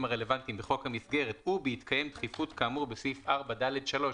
הרלוונטיים בחוק המסגרת ובהתקיים דחיפות כאמור בסעיף 4ד(3),